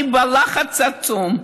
אני בלחץ עצום.